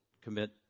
commit